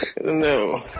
No